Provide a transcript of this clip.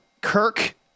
Kirk